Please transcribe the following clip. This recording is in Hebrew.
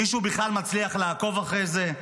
מישהו בכלל מצליח לעקוב אחרי זה?